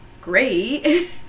great